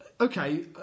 okay